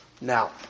Now